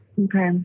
Okay